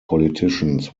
politicians